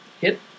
hit